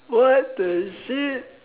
what the shit